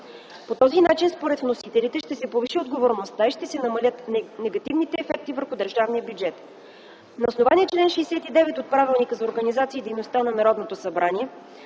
По този начин според вносителите ще се повиши отговорността и ще се намалят негативните ефекти върху държавния бюджет. На основание чл. 69 от Правилника за организацията и дейността на Народното събрание